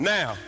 Now